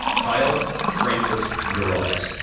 kyle francis jarosz,